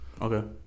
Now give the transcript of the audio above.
Okay